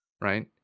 right